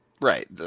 Right